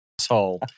asshole